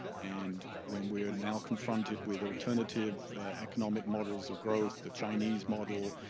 and when we're now confronted, with alternative economic models of growth, the chinese model,